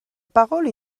parole